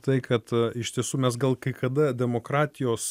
tai kad iš tiesų mes gal kai kada demokratijos